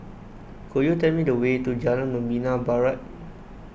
could you tell me the way to Jalan Membina Barat